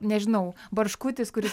nežinau barškutis kuris